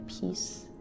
peace